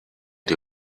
die